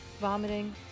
vomiting